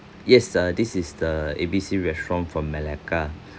yes uh this is the A B C restaurant from malacca